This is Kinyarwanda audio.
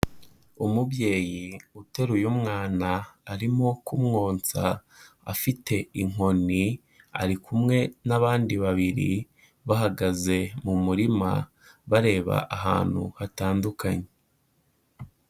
Umubyeyi uteruye umwana arimo kumwonsa afite inkoni, ari kumwe n'abandi babiri bahagaze mu murima bareba ahantu hatandukanye.